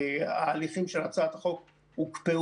ההליכים של הצעת החוק הוקפאו.